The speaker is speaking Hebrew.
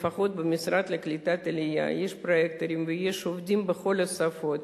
לפחות במשרד לקליטת העלייה יש פרויקטורים ויש עובדים בכל השפות.